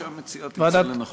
כפי שהמציעה תמצא לנכון.